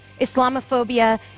Islamophobia